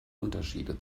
unterschiede